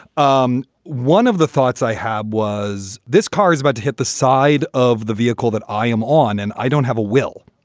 um one of the thoughts i have was this car is about to hit the side of the vehicle that i am on and i dont have a will.